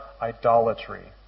idolatry